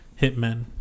hitmen